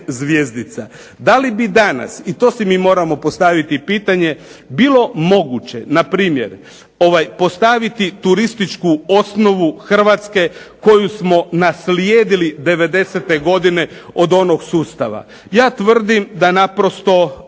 zvjezdica. Da li bi danas i to si mi moramo postaviti pitanje bilo moguće na primjer postaviti turističku osnovu Hrvatske koju smo naslijedili devedesete godine od onog sustava. Ja tvrdim da naprosto